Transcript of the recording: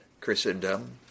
Christendom